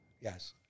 Yes